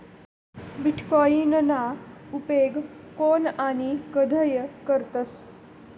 बीटकॉईनना उपेग कोन आणि कधय करतस